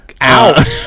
Ouch